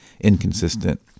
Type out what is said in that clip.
inconsistent